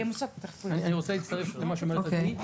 אני רוצה להצטרף למה שאומרת עדי,